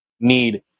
need